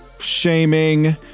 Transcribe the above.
shaming